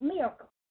Miracle